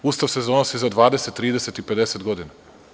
Ustav se donosi za 20, 30 i 50 godina.